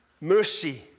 mercy